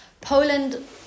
Poland